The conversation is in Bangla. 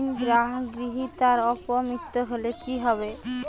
ঋণ গ্রহীতার অপ মৃত্যু হলে কি হবে?